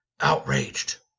outraged